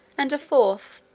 and a fourth,